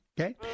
Okay